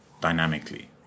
dynamically